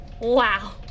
Wow